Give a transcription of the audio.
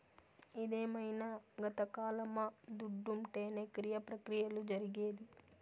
ఇదేమైన గతకాలమా దుడ్డుంటేనే క్రియ ప్రక్రియలు జరిగేది